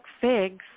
figs